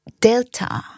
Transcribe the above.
delta